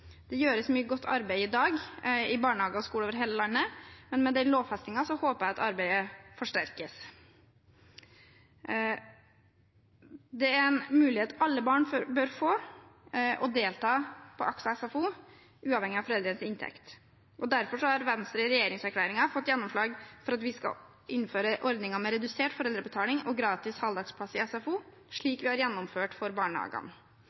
Det gjøres mye godt arbeid i dag i barnehager og skoler over hele landet, men med den lovfestingen håper jeg at arbeidet forsterkes. Alle barn bør få en mulighet til å delta på AKS og SFO, uavhengig av foreldrenes inntekt. Derfor har Venstre i regjeringserklæringen fått gjennomslag for at vi skal innføre ordninger med redusert foreldrebetaling og gratis halvdagsplass i SFO, slik vi har gjennomført for barnehagene.